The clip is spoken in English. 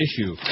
issue